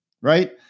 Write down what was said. Right